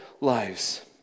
lives